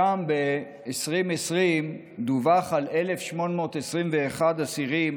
שם ב-2020 דווח על 1,821 אסירים